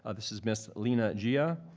ah this is miss lina jia.